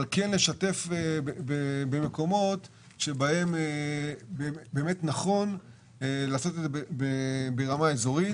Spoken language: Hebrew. לשתף במקומות שבהם נכון לעשות את זה ברמה אזורית.